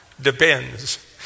Depends